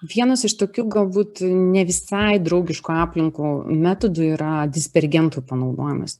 vienas iš tokių galbūt ne visai draugiškų aplinko metodų yra dispergentų panaudojimas